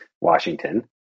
Washington